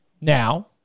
Now